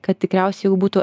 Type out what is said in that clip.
kad tikriausiai jau būtų